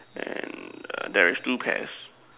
then err there is two pears